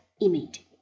image